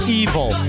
evil